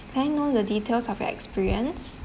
can I know the details of your experience